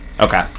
Okay